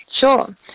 Sure